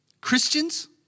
Christians